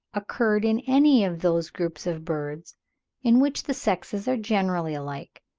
occurred in any of those groups of birds in which the sexes are generally alike